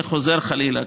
וחוזר חלילה.